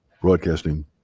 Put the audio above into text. Broadcasting